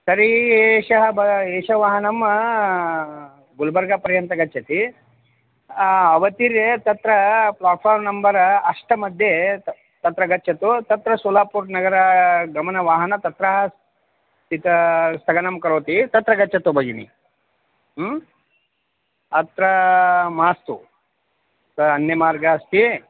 तर्हि एषः ब एषः वाहनं गुल्बर्गापर्यन्तं गच्छति अवतीर्य तत्र प्लाट्फार् नम्बर् अष्टमध्ये तत्र गच्छतु तत्र सोलापुरनगरगमनवाहनं तत्रत्य स्थगनं करोति तत्र गच्छतु भगिनि अत्र मास्तु अन्यमार्गे अस्ति